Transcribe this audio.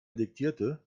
diktierte